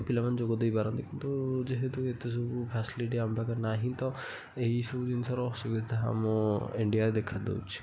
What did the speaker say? ପିଲାମାନେ ଯୋଗ ଦେଇ ପାରନ୍ତି କିନ୍ତୁ ଯେହେତୁ ଏତେ ସବୁ ଫ୍ୟାସିଲିଟି ଆମ ପାଖେ ନାହିଁ ତ ଏହି ସବୁ ଜିନ୍ଷର ଅସୁବିଧା ଆମ ଇଣ୍ଡିଆ ଦେଖା ଦେଉଛି